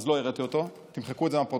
אז לא הראיתי אותו, תמחקו את זה מהפרוטוקול.